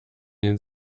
den